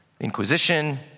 inquisition